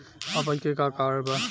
अपच के का कारण बा?